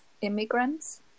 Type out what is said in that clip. immigrants